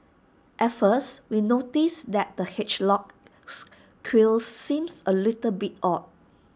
at first we noticed that the hedgehog's quills seemed A little bit odd